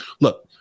Look